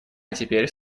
теперь